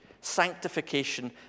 sanctification